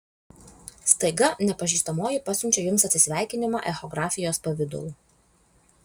staiga nepažįstamoji pasiunčia jums atsisveikinimą echografijos pavidalu